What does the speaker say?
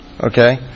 Okay